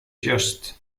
just